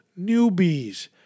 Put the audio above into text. newbies